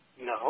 No